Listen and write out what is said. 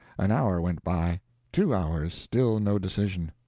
an hour went by two hours, still no decision.